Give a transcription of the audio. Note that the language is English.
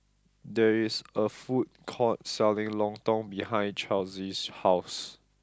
there is a food court selling Lontong behind Charlsie's house